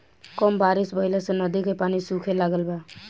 कम बारिश भईला से नदी के पानी सूखे लागल बा